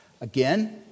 Again